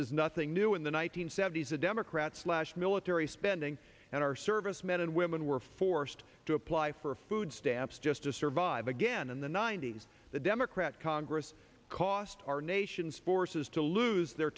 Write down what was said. is nothing new in the one nine hundred seventy s the democrats slashed military spending and our servicemen and women were forced to apply for food stamps just to survive again in the ninety's the democrat congress cost our nation's forces to lose their